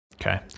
Okay